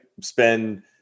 Spend